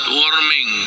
warming